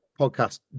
podcast